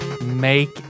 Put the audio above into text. Make